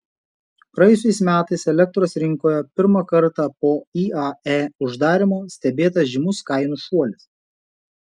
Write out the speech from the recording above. praėjusiais metais elektros rinkoje pirmą kartą po iae uždarymo stebėtas žymus kainų šuolis